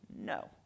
no